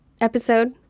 episode